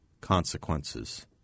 consequences